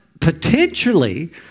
potentially